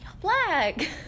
Black